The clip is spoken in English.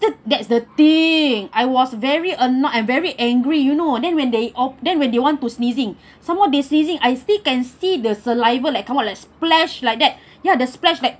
that's that's the thing I was very annoyed I'm very angry you know then when they op~ then when they want to sneezing some more they sneezing I still can see the saliva like come like splash like that ya the splash like